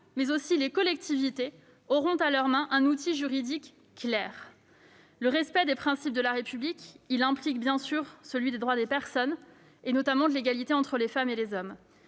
l'État et les collectivités auront à leur main un outil juridique clair. Le respect des principes de la République implique, bien sûr, celui des droits des personnes, et notamment l'égalité entre les femmes et les hommes.